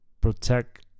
protect